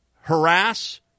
harass